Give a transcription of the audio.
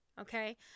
okay